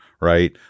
right